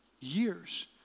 years